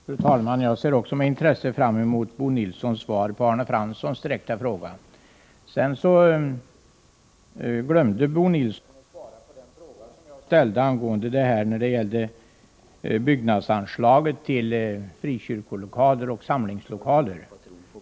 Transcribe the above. Fru talman! Jag ser också med intresse fram emot Bo Nilssons svar på Arne Franssons direkta fråga. Bo Nilsson glömde att svara på den fråga som jag ställde angående byggnadsanslaget till frikyrkolokaler och samlingslokaler.